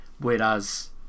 Whereas